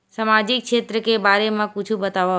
सामाजिक क्षेत्र के बारे मा कुछु बतावव?